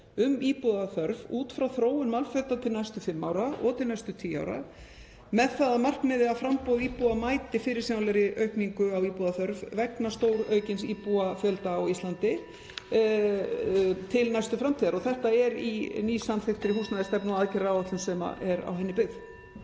um íbúðaþörf út frá þróun mannfjölda til næstu fimm ára og til næstu tíu ára með það að markmiði að framboð íbúða mæti fyrirsjáanlegri aukningu á íbúðaþörf vegna (Forseti hringir.) stóraukins íbúafjölda á Íslandi til næstu framtíðar. Þetta er í nýsamþykktri húsnæðisstefnu og aðgerðaáætlun sem er á henni byggð.